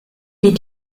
wie